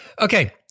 Okay